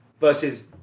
versus